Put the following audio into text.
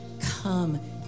come